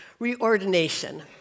reordination